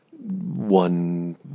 one